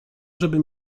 żeby